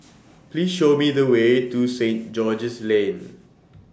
Please Show Me The Way to Saint George's Lane